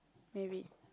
maybe